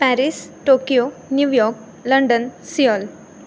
Paris Tokyo New York London Seoul